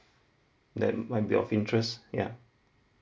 that might be of interest ya